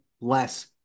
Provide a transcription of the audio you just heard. less